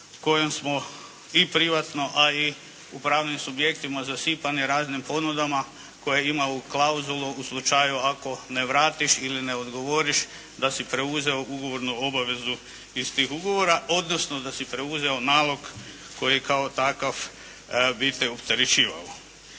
kojom smo i privatno a i u pravnim subjektima zasipane raznim ponudama koje imaju klauzulu u slučaju ako ne vratiš ili ne odgovoriš da si preuzeo ugovornu obavezu iz tih ugovora, odnosno da si preuzeo nalog koji kao takav bi te opterećivao.